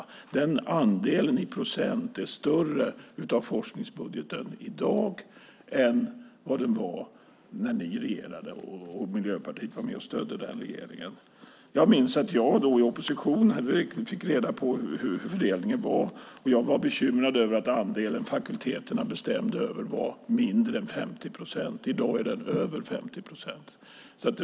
Den andelen av forskningsbudgeten är i procent i dag större än vad den var när Miljöpartiet var med och stödde den förra regeringen. Jag minns att jag då fick reda på hur fördelningen var, och jag var bekymrad över att andelen fakulteterna bestämde över var mindre än 50 procent. I dag är den över 50 procent.